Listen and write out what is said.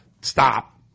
Stop